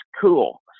cool